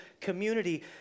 community